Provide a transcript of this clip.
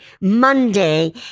Monday